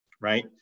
right